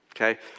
okay